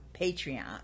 Patreon